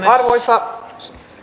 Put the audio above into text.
arvoisa